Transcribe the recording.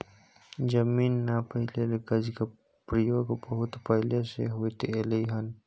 जमीन नापइ लेल गज के प्रयोग बहुत पहले से होइत एलै हन